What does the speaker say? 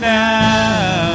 now